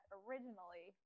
originally